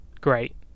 great